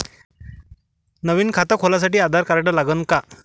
नवीन खात खोलासाठी आधार कार्ड लागन का?